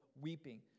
weeping